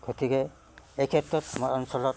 গতিকে এই ক্ষেত্ৰত আমাৰ অঞ্চলত